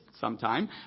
sometime